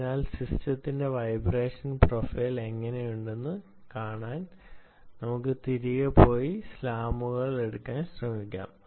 അതിനാൽ സിസ്റ്റത്തിന്റെ vibration profile എങ്ങനെയുണ്ടെന്ന് കാണാൻ നമുക്ക് തിരികെ പോയി സ്ലാമുകൾ എടുക്കാൻ ശ്രമിക്കാം